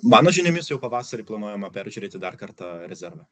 mano žiniomis jau pavasarį planuojama peržiūrėti dar kartą rezervą